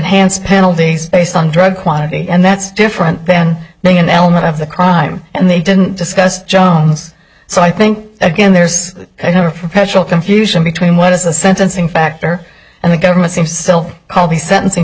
enhanced penalties based on drug quantity and that's different than being an element of the crime and they didn't discuss jones so i think again there's kind of a professional confusion between what is the sentencing factor and the government seems still called the sentencing